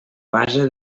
base